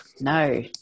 no